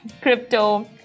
crypto